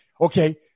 Okay